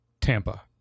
Tampa